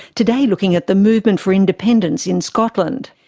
today looking at the movement for independence in scotland.